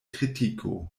kritiko